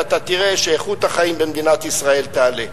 ואתה תראה שאיכות החיים במדינת ישראל תעלה.